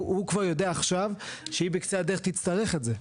הוא כבר יודע עכשיו שהיא בקצה הדרך תצטרך את זה.